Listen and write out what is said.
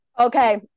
Okay